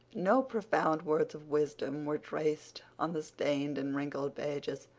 no profound words of wisdom were traced on the stained and wrinkled pages,